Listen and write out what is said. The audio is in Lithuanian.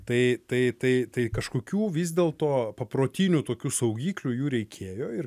tai tai tai tai kažkokių vis dėlto paprotinių tokių saugiklių jų reikėjo ir